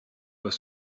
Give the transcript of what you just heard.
was